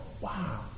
wow